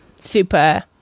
super